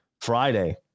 Friday